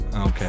Okay